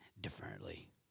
differently